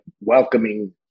welcoming